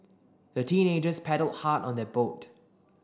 the teenagers paddled hard on their boat